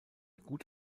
gut